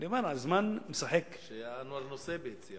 אני אומר: הזמן משחק, שאנואר נוסייבה הציע.